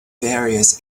various